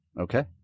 Okay